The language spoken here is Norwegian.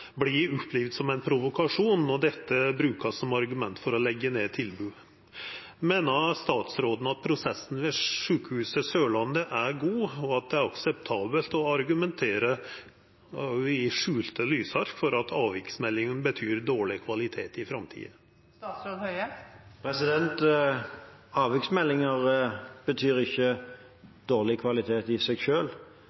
opplevd som ein provokasjon. Og dette vert brukt som argument for å leggja ned tilbod. Meiner statsråden at prosessen ved Sørlandet sjukehus er god, og at det i framtida er akseptabelt å argumentera – også i skjul av lysark – for at avviksmeldingane betyr dårleg kvalitet?